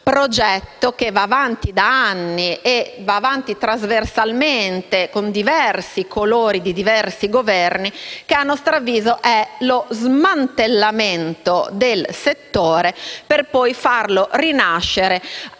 scellerato, che va avanti da anni trasversalmente, con diversi colori di diversi Governi, che a nostro avviso è lo smantellamento del settore per poi farlo rinascere